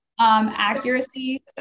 accuracy